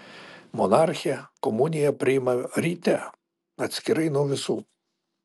monarchė komuniją priima ryte atskirai nuo visų